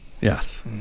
Yes